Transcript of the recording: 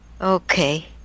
okay